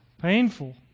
painful